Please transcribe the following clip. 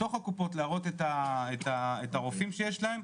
בתוך הקופות להראות את הרופאים שיש להם,